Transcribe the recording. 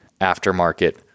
aftermarket